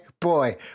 Boy